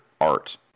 art